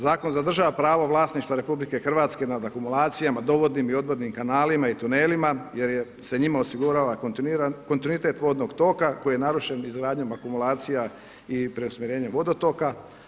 Zakon zadržava pravo vlasništva RH nad akumulacijama, dovodnim i odvodnim kanalima i tunelima jer se njima osigurava kontinuitet vodnog toka koji je narušen izgradnjom akumulacija i preusmjerenje vodotoka.